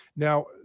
Now